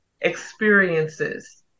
experiences